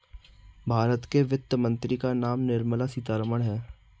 भारत के वित्त मंत्री का नाम निर्मला सीतारमन है